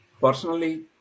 Personally